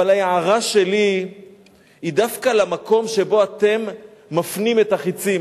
אבל ההערה שלי היא דווקא למקום שבו אתם מפנים את החצים,